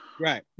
Right